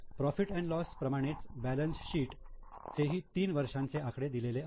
profit and loss profit loss प्रमाणेच balance sheet चे ही तीन वर्षांचे आकडे दिलेले आहेत